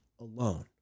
alone